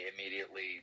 immediately